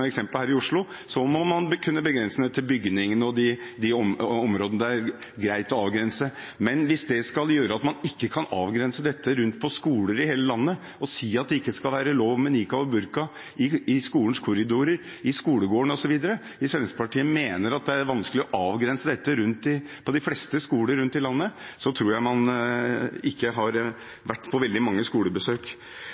til de bygningene og områdene det er greit å avgrense. Men hvis det skal føre til at man ikke kan avgrense dette rundt om på skoler i hele landet og si at det ikke skal være lov med nikab og burka i skolens korridorer, i skolegården osv. – hvis Fremskrittspartiet mener at det er vanskelig å avgrense dette på de fleste skoler rundt om i landet – tror jeg ikke man har